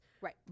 right